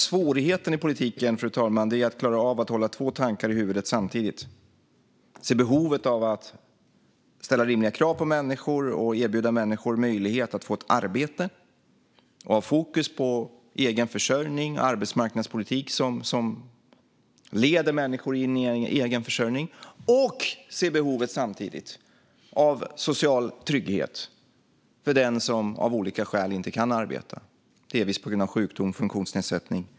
Svårigheten i politiken, fru talman, är att klara av att hålla två tankar i huvudet samtidigt: att se behovet av att ställa rimliga krav på människor, erbjuda människor möjlighet att få ett arbete och ha fokus på egen försörjning, med arbetsmarknadspolitik som leder människor in i egen försörjning, och samtidigt se behovet av social trygghet för den som av olika skäl inte kan arbeta, till exempel på grund av sjukdom eller funktionsnedsättning.